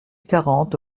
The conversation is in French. quarante